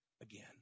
again